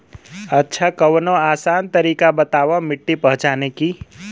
अच्छा कवनो आसान तरीका बतावा मिट्टी पहचाने की?